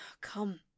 Come